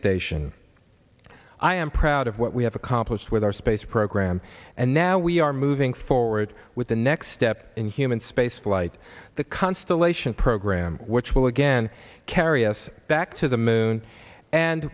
station i proud of what we have accomplished with our space program and now we are moving forward with the next step in human spaceflight the constellation program which will again carry us back to the moon and